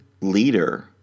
leader